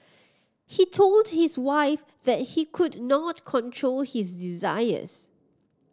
he told his wife that he could not control his desires